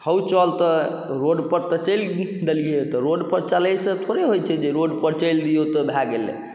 हउ चल तऽ रोडपर तऽ चलि देलिए तऽ रोडपर चलैसँ थोड़े होइ छै जे रोडपर चलि दिऔ तऽ भऽ गेलै